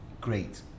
Great